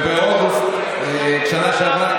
באוגוסט בשנה שעברה,